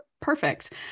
perfect